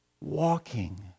walking